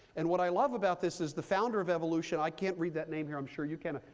and what i love about this is the founder of evolution, i can't read that name here, i'm sure you cannot.